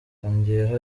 yongeyeho